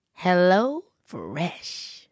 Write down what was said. HelloFresh